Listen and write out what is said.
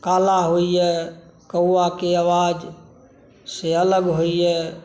काला होइए कौआके आवाज से अलग होइए